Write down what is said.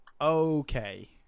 okay